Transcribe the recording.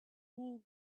cool